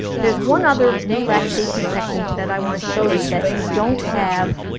there's one other relaxation technique that i want to show you that you don't have